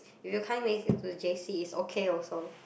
if you can't make it to J_C it's okay also